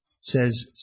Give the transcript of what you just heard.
says